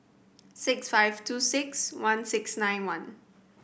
six five two six one six nine one